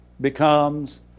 becomes